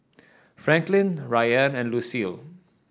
Franklyn Ryann and Lucille